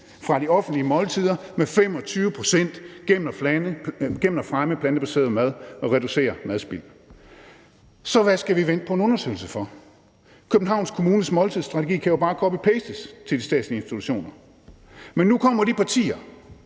fra de offentlige måltider med 25 pct. gennem at fremme plantebaseret mad og reducere madspild. Så hvad skal vi vente på en undersøgelse for? Københavns Kommunes måltidsstrategi kan jo bare copy-pastes til de statslige institutioner. Men nu kommer de partier,